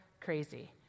crazy